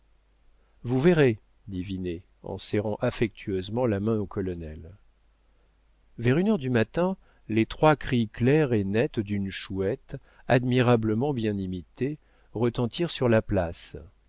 vous verrez dit vinet en serrant affectueusement la main au colonel vers une heure du matin les trois cris clairs et nets d'une chouette admirablement bien imités retentirent sur la place